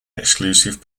exclusive